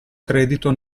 credito